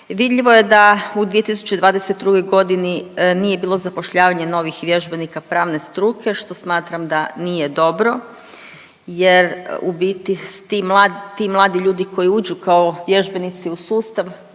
Vidljivo je da u 2022. g. nije bilo zapošljavanja novih vježbenika pravne struke, što smatram da nije dobro jer u biti ti mladi ljudi koji uđu kao vježbenici u sustav